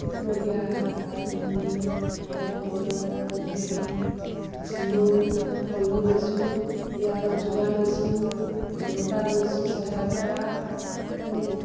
ନଡ଼ିଆ ସିନ୍ଦୁର୍ ଫଲ୍ମୂଲ୍ କଦ୍ଳୀ ସିଓ ସବୁ ଫଲ୍ମୂଲ୍ ନେସୁଁ ଲିଆାର ଯୁଗା ନେସୁଁ ଧୁବ୍ଲଟା ଗନ୍ସୁଁ ଶହେ ଆଠ୍ଟା